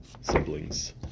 siblings